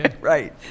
Right